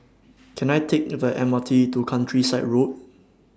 Can I Take The M R T to Countryside Road